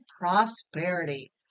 Prosperity